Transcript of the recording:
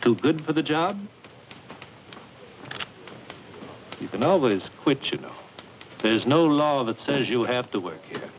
too good for the job you can always quit you know there's no law that says you have to work